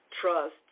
trust